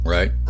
Right